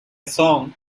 song